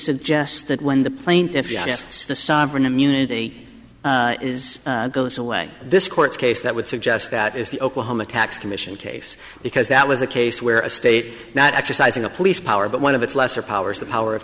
suggest that when the plaintiffs the sovereign immunity is goes away this court case that would suggest that is the oklahoma tax commission case because that was a case where a state not exercising a police power but one of its lesser powers the power of